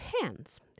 hands